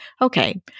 Okay